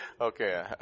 okay